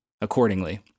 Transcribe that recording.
accordingly